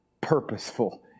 purposeful